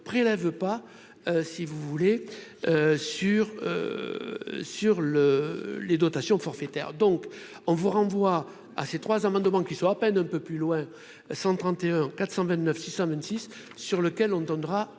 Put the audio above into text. prélève pas, si vous voulez sur sur le les dotations forfaitaires, donc on vous renvoie à ces trois amendements qui soit à peine un peu plus loin 131 429 626 sur lequel on donnera